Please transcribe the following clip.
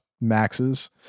Maxes